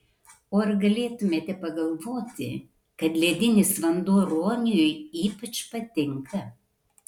o ar galėtumėte pagalvoti kad ledinis vanduo ruoniui ypač patinka